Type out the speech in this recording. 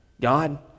God